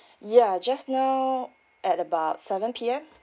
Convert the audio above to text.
yeah just now at about seven P_M